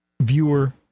viewer